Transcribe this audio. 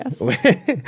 Yes